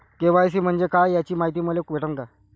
KYC म्हंजे काय याची मायती मले भेटन का?